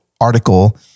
article